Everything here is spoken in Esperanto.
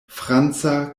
franca